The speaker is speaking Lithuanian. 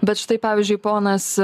bet štai pavyzdžiui ponas